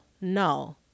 No